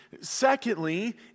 Secondly